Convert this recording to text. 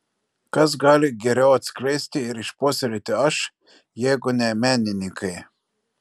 kas gali geriau atskleisti ir išpuoselėti aš jeigu ne menininkai